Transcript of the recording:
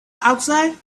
outside